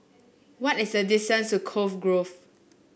what is the distance to Cove Grove